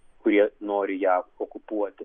kurie nori ją okupuoti